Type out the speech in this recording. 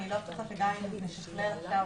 אני לא בטוחה שגם אם נשכלל עכשיו